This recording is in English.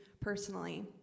personally